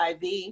IV